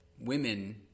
women